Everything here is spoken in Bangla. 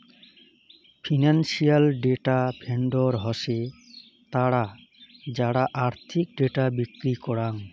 ফিনান্সিয়াল ডেটা ভেন্ডর হসে তারা যারা আর্থিক ডেটা বিক্রি করাং